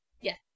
Yes